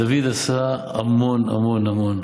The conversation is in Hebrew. דוד עשה המון המון המון.